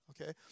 okay